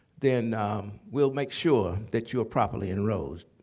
then we'll make sure that you're properly enrolled.